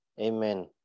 Amen